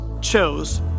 chose